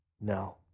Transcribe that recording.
no